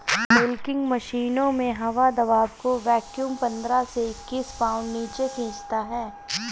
milking मशीनों में हवा दबाव को वैक्यूम पंद्रह से इक्कीस पाउंड नीचे खींचता है